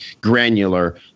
granular